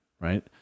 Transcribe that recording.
right